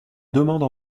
demande